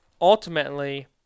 ultimately